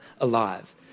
alive